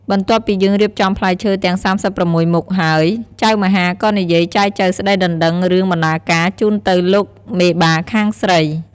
បន្ទាប់ពីយើងរៀបចំផ្លែឈើទាំង៣៦មុខហើយ ចៅមហាក៏និយាយចែចូវស្តីដណ្តឹងរឿងបណ្តាការជូនទៅលោកមេបាខាងស្រី។